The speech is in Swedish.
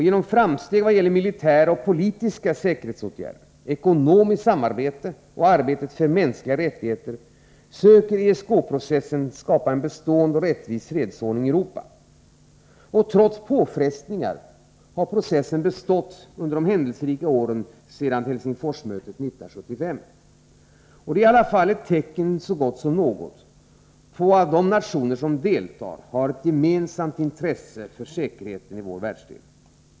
Genom framsteg vad gäller militära och politiska säkerhetsåtgärder, ekonomiskt samarbete och arbetet för mänskliga rättigheter söker ESK-processen skapa en bestående och rättvis fredsordning i Europa. Trots påfrestningar har processen bestått under de händelserika åren sedan Helsingforsmötet 1975. Det är ändå ett tecken så gott som något på de deltagande nationernas gemensamma intresse för säkerheten i vår världsdel.